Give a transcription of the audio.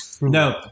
No